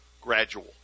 gradual